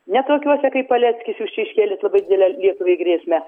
ne tokiuose kaip paleckis jūs čia iškėlėt labai didelę lietuvai grėsmę